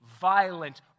violent